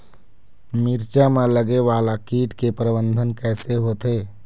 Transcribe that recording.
मिरचा मा लगे वाला कीट के प्रबंधन कइसे होथे?